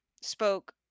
spoke